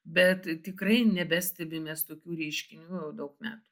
bet tikrai nebestebim mes tokių reiškinių jau daug metų